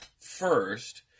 first